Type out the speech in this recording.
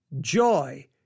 joy